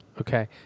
Okay